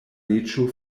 reĝo